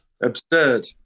absurd